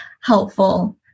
helpful